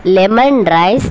lemon rice